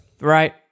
Right